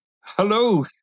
Hello